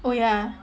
oh ya